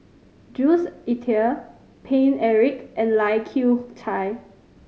Jules Itier Paine Eric and Lai Kew Chai